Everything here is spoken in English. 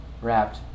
Wrapped